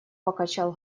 покачал